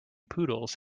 poodles